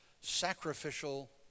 sacrificial